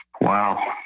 Wow